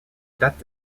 datent